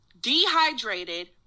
dehydrated